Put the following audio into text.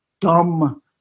dumb